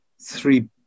three